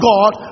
God